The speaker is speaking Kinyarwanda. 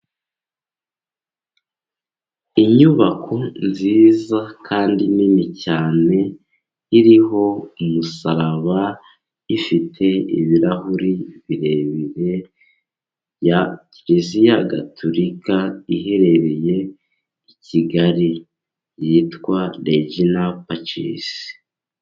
Inyubako nziza kandi nini cyane, iriho umusaraba, ifite ibirahuri birebire, ya kiriziya gatorika, iherereye i Kigali, yitwa rejina pacisi.